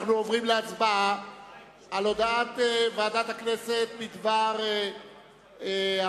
אנחנו עוברים להצבעה על הודעת ועדת הכנסת בדבר הפעלת